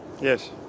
Yes